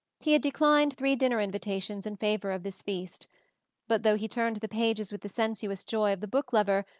he had declined three dinner invitations in favour of this feast but though he turned the pages with the sensuous joy of the book-lover,